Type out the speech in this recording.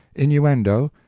innuendo,